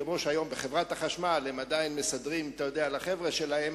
כמו שהיום בחברת החשמל הם עדיין מסדרים לחבר'ה שלהם,